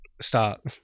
stop